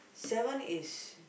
seven is